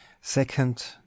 Second